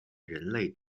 人类